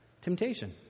Temptation